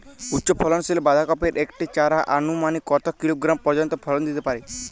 উচ্চ ফলনশীল বাঁধাকপির একটি চারা আনুমানিক কত কিলোগ্রাম পর্যন্ত ফলন দিতে পারে?